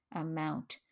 amount